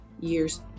years